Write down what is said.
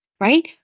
right